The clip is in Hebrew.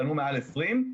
פנו מעל 20,